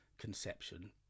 conception